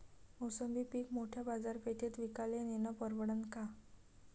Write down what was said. मोसंबी पीक मोठ्या बाजारपेठेत विकाले नेनं परवडन का?